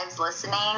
listening